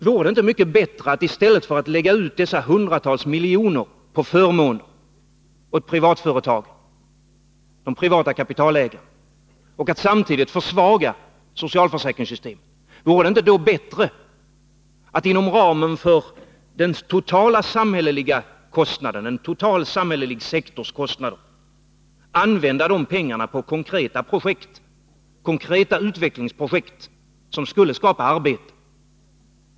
Vore det inte mycket bättre att, inom ramen för en total samhällelig sektors kostnader, använda de pengarna till konkreta utvecklingsprojekt som skulle skapa arbeten, i stället för att lägga ut dessa hundratals miljoner på förmåner till privatföretag, till de privata kapitalägarna, och att samtidigt försvaga socialförsäkringssystemet?